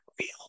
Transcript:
real